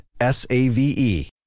S-A-V-E